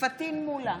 פטין מולא,